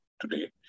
today